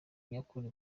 nyakuri